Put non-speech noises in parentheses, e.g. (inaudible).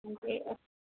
(unintelligible)